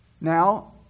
Now